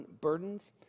burdens